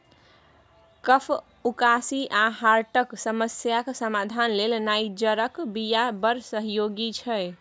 कफ, उकासी आ हार्टक समस्याक समाधान लेल नाइजरक बीया बड़ सहयोगी छै